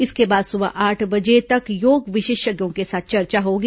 इसके बाद सुबह आठ बजे तक योग विशेषज्ञ के साथ चर्चा होगी